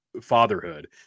fatherhood